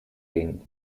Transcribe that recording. ging